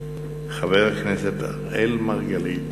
חבר הכנסת אראל מרגלית.